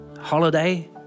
holiday